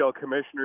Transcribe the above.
Commissioner